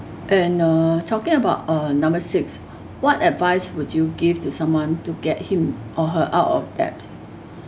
and uh talking about uh number six what advice would you give to someone to get him or her out of debts